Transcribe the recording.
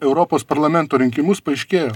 europos parlamento rinkimus paaiškėjo